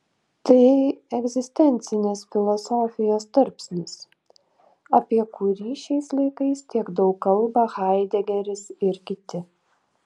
tai egzistencinės filosofijos tarpsnis apie kurį šiais laikais tiek daug kalba haidegeris ir kiti